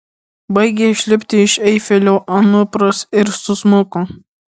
baigė išlipti iš eifelio anupras ir susmuko